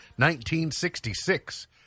1966